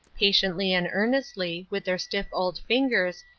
patiently and earnestly, with their stiff old fingers,